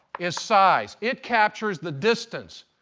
is size. it captures the distance,